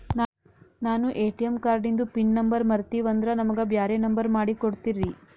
ನಾನು ಎ.ಟಿ.ಎಂ ಕಾರ್ಡಿಂದು pin number ಮರತೀವಂದ್ರ ನಮಗ ಬ್ಯಾರೆ ನಂಬರ್ ಮಾಡಿ ಕೊಡ್ತೀರಿ?